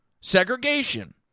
segregation